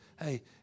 Hey